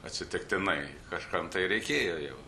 atsitiktinai kažkam tai reikėjo jau